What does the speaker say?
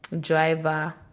driver